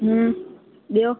ॿियो